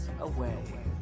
away